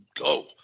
go